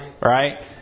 right